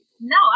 No